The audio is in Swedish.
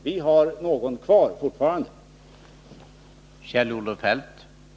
Vi har fortfarande någon kvar.